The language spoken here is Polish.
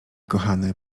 kochany